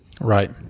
Right